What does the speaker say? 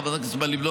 חברת הכנסת מלינובסקי,